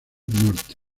norte